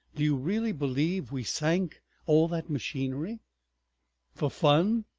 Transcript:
do you really believe we sank all that machinery for fun?